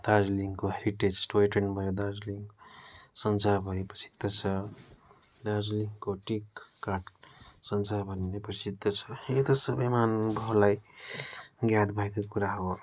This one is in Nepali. दार्जिलिङको हेरिटेज टोय ट्रेन भयो दार्जिलिङ संसारभरि प्रसिद्ध छ दार्जिलिङको टिक काठ संसारभरि नै प्रसिद्ध छ यता सबै महानुभावलाई याद भएकै कुरा हो